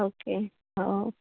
okay हो